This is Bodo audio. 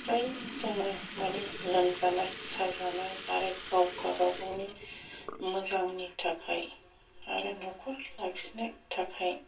फ्राय जों मानि लोमजानाय साजानाय आरो गावबागावनि मोजांनि थाखाय आरो न'खर लाखिनो थाखाय